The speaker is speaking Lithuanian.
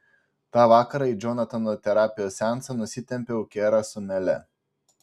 tą vakarą į džonatano terapijos seansą nusitempiau kerą su mele